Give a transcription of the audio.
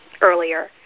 earlier